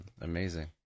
Amazing